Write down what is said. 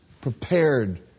prepared